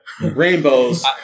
rainbows